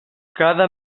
cada